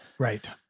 Right